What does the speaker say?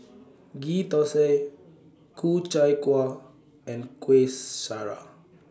Ghee Thosai Ku Chai Kueh and Kueh Syara